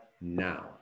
now